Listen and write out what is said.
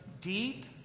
deep